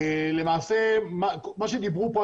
מה שדיברו פה,